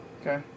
okay